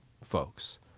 folks